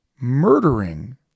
murdering